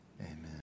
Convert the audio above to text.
Amen